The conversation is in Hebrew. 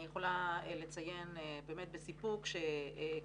אני יכולה לציין באמת בסיפוק שקיימת